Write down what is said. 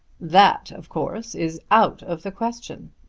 that of course is out of the question.